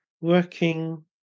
Working